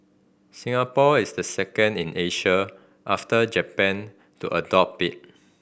Singapore is the second in Asia after Japan to adopt it